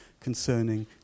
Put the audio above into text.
concerning